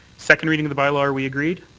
second reading of the bylaw. are we agreed?